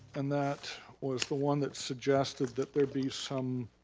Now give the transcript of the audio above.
and that was the one that suggested that there be some,